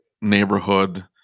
neighborhood